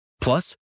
Plus